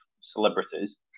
celebrities